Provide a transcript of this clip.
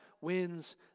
wins